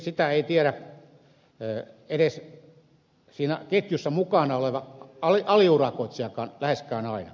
sitä ei tiedä edes siinä ketjussa mukana oleva aliurakoitsijakaan läheskään aina